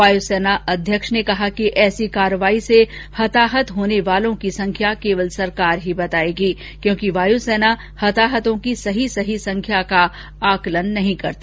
वायुसेना अध्यक्ष ने कहा कि ऐसी कार्रवाई से हताहत होने वालों की संख्या केवल सरकार ही बताएगी क्योंकि वायुसेना हताहतों की सही सही संख्या का आकलन नहीं करती